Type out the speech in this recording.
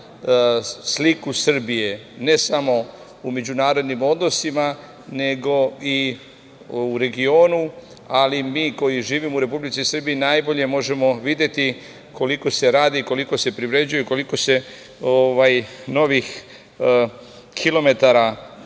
sliku Srbije, ne samo u međunarodnim odnosima, nego i u regionu, ali mi koji živimo u Republici Srbiji najbolje možemo videti koliko se radi, koliko se privređuje i koliko se novih kilometara